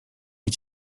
nie